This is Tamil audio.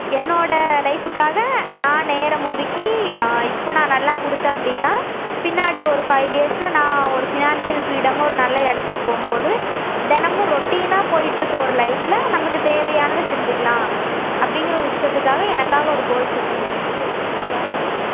என்னோட லைஃபுக்காக நான் நேரம் ஒதுக்கி இப்போ நான் நல்லா கொடுத்தேன் அப்படின்னா பின்னாடி ஒரு ஃபைவ் இயர்ஸ்சில் நான் ஒரு ஃபினான்ஷியல் ஃப்ரீடமாக ஒரு நல்ல இடத்துக்கு போகும்போது தினமும் ரொட்டீனாக போய்கிட்ருக்க ஒரு லைஃப்பில் நம்மக்கு தேவையானதை செஞ்சிக்கலாம் அப்படிங்கிற ஒரு இஷ்டத்துக்காக எனக்காக ஒரு கோல் செட் பண்ணிக்கிட்டு அதுக்காக போய்கிட்ருக்கேன்